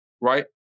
right